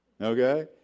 okay